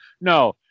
No